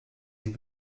sie